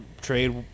trade